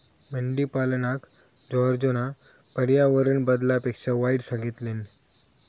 मेंढीपालनका जॉर्जना पर्यावरण बदलापेक्षा वाईट सांगितल्यान